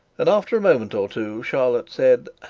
and after a moment or two, charlotte said,